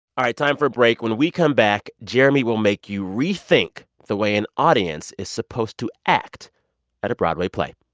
time for a break. when we come back, jeremy will make you rethink the way an audience is supposed to act at a broadway play.